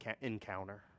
encounter